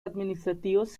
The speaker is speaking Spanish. administrativos